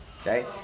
Okay